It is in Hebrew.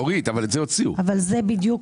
זה בדיוק